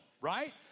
right